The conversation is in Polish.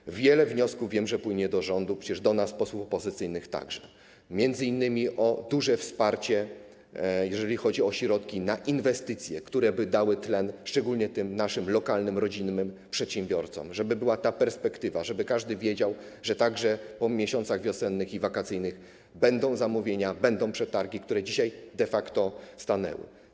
Wiem, że wiele wniosków płynie do rządu, do nas, posłów opozycyjnych także, m.in. o duże wsparcie, jeżeli chodzi o środki na inwestycje, które by dały tlen szczególnie tym naszym lokalnym, rodzimym przedsiębiorcom, żeby była perspektywa, żeby każdy wiedział, że także po miesiącach wiosennych i wakacyjnych będą zamówienia, będą przetargi, które dzisiaj de facto stanęły.